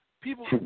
people